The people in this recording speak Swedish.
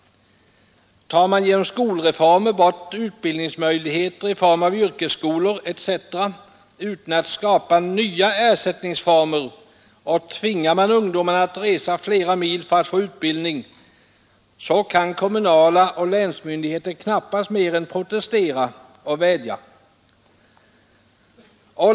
Tar man genom skolreformer bort utbildningsmöjligheter i form av yrkesskolor etc. utan att skapa ersättningsformer, och tvingar man ungdomen att resa flera mil för att få utbildning, så kan kommunala myndigheter och länsmyndigheter knap past mer än protestera och vädja.